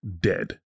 dead